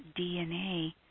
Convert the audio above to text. DNA